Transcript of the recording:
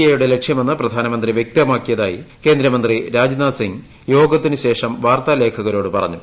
A യുടെ ലക്ഷ്യമെന്ന് പ്രധാനമന്ത്രി വൃക്തമാക്കിയതായി കേന്ദ്രമന്ത്രി രാജ്നാഥ് സിംഗ് യോഗത്തിന് ശേഷം വാർത്താ ലേകഖകരോട് പറഞ്ഞു